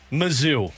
mizzou